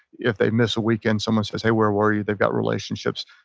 if they miss a weekend someone says hey where were you. they've got relationships.